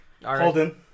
Holden